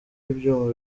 ibyuma